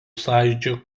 sąjūdžio